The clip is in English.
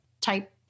type